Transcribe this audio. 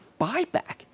buyback